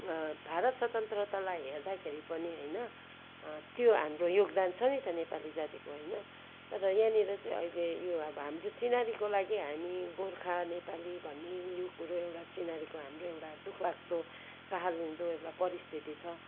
भारत स्वतन्त्रतालाई हेर्दाखेरि पनि होइन त्यो हाम्रो योगदान छ नि त नेपाली जातिको होइन तर यहाँनिर चाहिँ अहिले यो अब हाम्रो चिनारीको लागि हामी गोर्खा नेपाली भन्ने यो कुरो एउटा चिनारीको हाम्रो एउटा दुःखलाग्दो कहालिँदो एउटा परिस्थिति छ